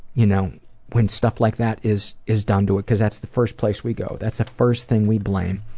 you know when stuff like that is is done to it? because that's the first place we go, that's the first thing we blame.